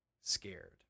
scared